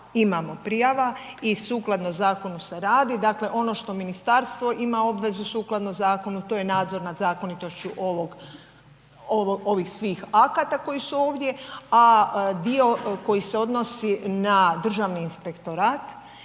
imamo prijava i sukladno zakonu se radi, dakle ono što ministarstvo ima obvezu sukladno zakonu to je nadzor nad zakonitošću ovog, ovih svih akata koji su ovdje, a dio koji se odnosi na Državni inspektorat